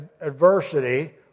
adversity